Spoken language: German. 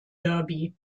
derby